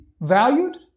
valued